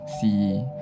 See